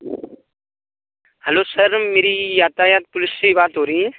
hello sir मेरी यातायात police से बात हो रही है